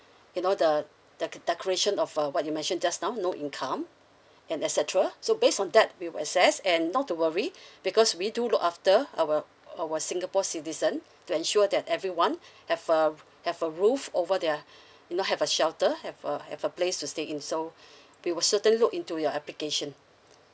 you know the the the creation of uh what you mentioned just now no income and etcetera so based on that we will access and not to worry because we do look after our our singapore citizen to ensure that everyone have a have a roof over their you know have a shelter have a have a place to stay in so we will certain look into your application